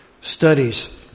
studies